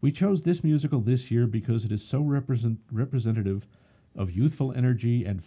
we chose this musical this year because it is so represent representative of youthful energy and